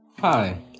Hi